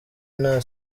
nta